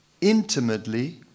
intimately